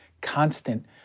constant